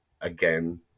again